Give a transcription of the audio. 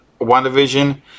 WandaVision